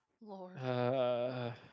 Lord